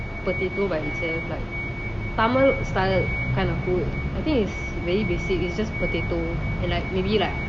potato by itself like tamil style kind of food I think it's very basic it's just potato and maybe like